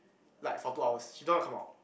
like for two hours she don't want to come out